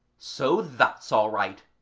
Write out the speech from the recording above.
so that's all right